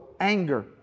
anger